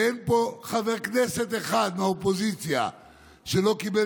ואין פה חבר כנסת אחד מהאופוזיציה שלא קיבל